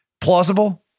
plausible